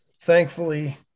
thankfully